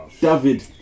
david